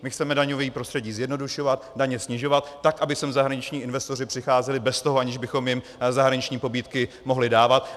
My chceme daňové prostředí zjednodušovat, daně snižovat, tak aby sem zahraniční investoři přicházeli bez toho, že bychom jim zahraniční pobídky mohli dávat.